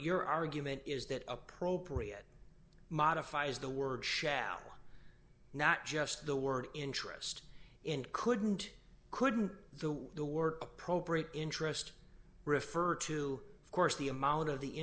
your argument is that appropriate modifies the word shall not just the word interest in couldn't couldn't the word appropriate interest refer to of course the amount of the